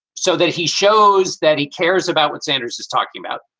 so that he shows that he cares about what sanders is talking about,